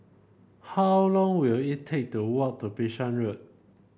how long will it take to walk to Bishan Road